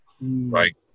right